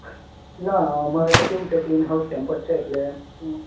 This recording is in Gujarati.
ના અમારે તો કેવું છે કે ઇન હાઉસ કેમ્પસ છે એટલે હું